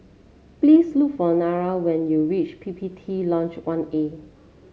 please look for Nira when you reach P P T Lodge One A